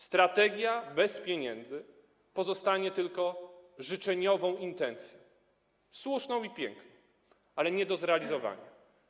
Strategia bez pieniędzy pozostanie tylko życzeniową intencją, słuszną i piękną, ale nie do zrealizowania.